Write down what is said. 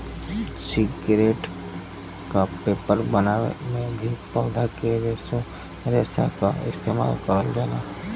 cigarette क paper बनावे में भी पौधा के रेशा क इस्तेमाल करल जाला